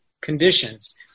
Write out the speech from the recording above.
conditions